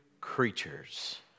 creatures